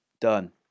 Done